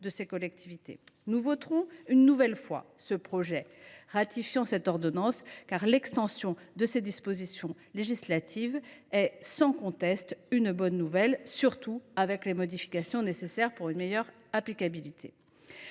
de ces collectivités. Nous voterons une nouvelle fois le projet de loi ratifiant cette ordonnance, car l’extension de ces dispositions législatives est sans conteste une bonne nouvelle, surtout assortie des modifications nécessaires à une meilleure applicabilité.